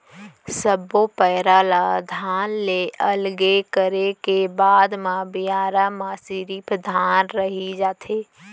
सब्बो पैरा ल धान ले अलगे करे के बाद म बियारा म सिरिफ धान रहि जाथे